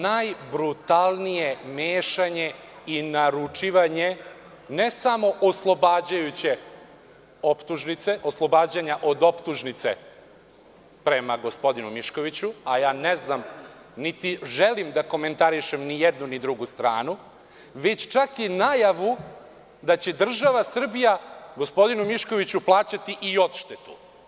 Najbrutalnije mešanje i naručivanje, ne samo oslobađajuće optužnice, oslobađanja od optužnice prema gospodinu Miškoviću, a ja ne znam, niti želim da komentarišem ni jednu ni drugu stranu, već čak i najavu da će država Srbija gospodinu Miškoviću plaćati odštetu.